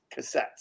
cassettes